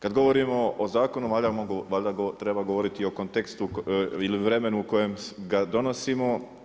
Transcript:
Kada govorimo o zakonu valjda treba govoriti i o kontekstu ili vremenu u kojem ga donosimo.